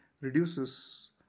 reduces